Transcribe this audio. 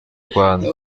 rwanda